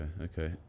okay